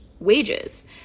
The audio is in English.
wages